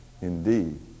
indeed